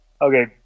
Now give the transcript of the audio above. Okay